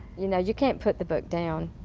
you know you can put the book down.